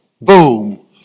boom